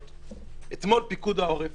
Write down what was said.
אתמול פיקוד העורף